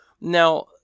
Now